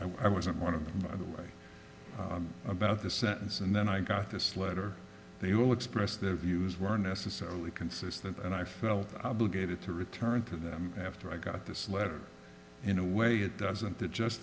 i wasn't one of them about the sentence and then i got this letter they will express their views were necessarily consistent and i felt obligated to return to them after i got this letter in a way it doesn't that just